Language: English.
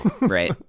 right